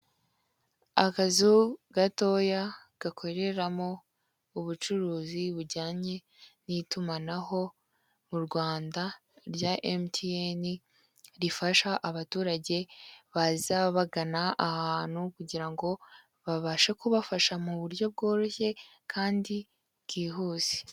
Akazu gatoya gakoreramo ubucuruzi bujyanye n'itumanaho mu Rwanda rya Emutiyeni rifasha abaturage baza bagana ahantu kugira ngo babashe kubafasha mu buryo bworoshye kandi bwihuse.